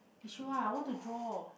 tissue ah I want to draw